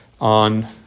on